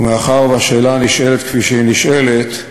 ומאחר שהשאלה נשאלת כפי שהיא נשאלת,